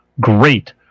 great